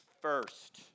first